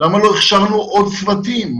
למה לא הכשרנו עוד צוותים?